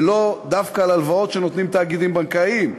ולא דווקא על הלוואות שנותנים תאגידים בנקאיים,